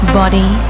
body